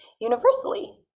universally